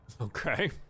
Okay